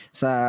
sa